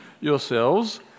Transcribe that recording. yourselves